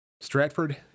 Stratford